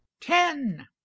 ten